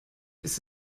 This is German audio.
ist